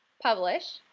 publish,